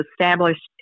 established